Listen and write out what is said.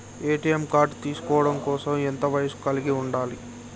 ATM card తీసుకోవడం కోసం ఎంత వయస్సు కలిగి ఉండాలి?